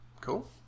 Cool